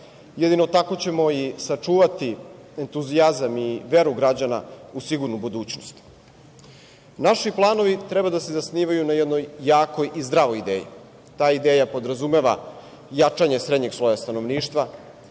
Jedino tako ćemo i sačuvati entuzijazam i veru građana u sigurnu budućnost. Naši planovi treba da se zasnivaju na jednoj jakoj i zdravoj ideji. Ta ideja podrazumeva jačanje srednjeg sloja stanovništva,